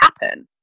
happen